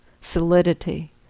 solidity